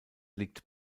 liegt